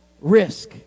risk